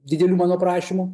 didelių mano prašymų